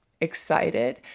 excited